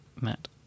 Matt